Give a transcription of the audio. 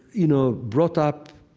you know, brought up,